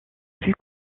plus